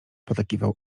potakiwał